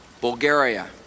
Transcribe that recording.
Bulgaria